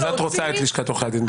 את רוצה את לשכת עורכי הדין.